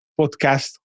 podcast